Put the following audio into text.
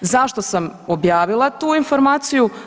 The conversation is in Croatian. Zašto sam objavila tu informaciju?